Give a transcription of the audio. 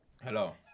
Hello